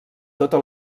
tota